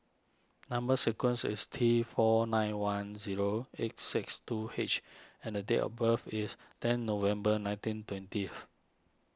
Number Sequence is T four nine one zero eight six two H and date of birth is ten November nineteen twentieth